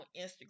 Instagram